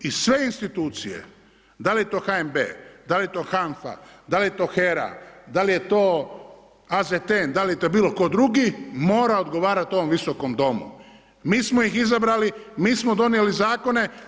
I sve institucije, da li je to HNB, da li je to HANF-a, da li je to HERA, da li je to AZTN, da li je to bilo tko drugi mora odgovarati ovom Visokom domu, mi smo ih izabrali, mi smo donijeli zakone.